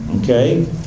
Okay